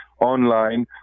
online